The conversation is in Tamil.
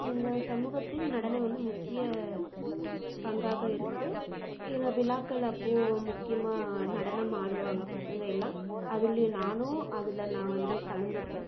எங்கள் சமூகத்தில் நடனம் வந்து முக்கிய பங்காக இருக்குது இதில் விழாக்கள் அப்போது முக்கியமாக நடனம் ஆடுவாங்க பசங்க எல்லாம் அதுலேயும் நானும் அதில் நான் வந்து கலந்துப்பேன்